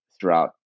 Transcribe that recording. throughout